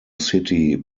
city